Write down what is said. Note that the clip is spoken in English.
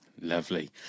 Lovely